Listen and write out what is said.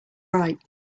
right